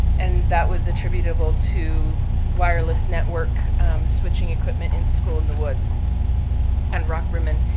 and that was attributable to wireless network switching equipment in school in the woods and rockrimmon,